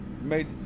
made